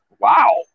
wow